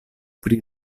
pri